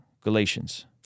Galatians